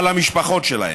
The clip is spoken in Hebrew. על המשפחות שלהם,